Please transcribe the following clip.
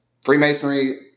Freemasonry